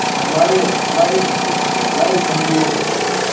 ꯂꯥꯛꯏꯕ ꯂꯥꯛꯏꯕ ꯂꯥꯛꯏ ꯁꯟꯗꯦꯁꯦ ꯑꯁꯤꯗ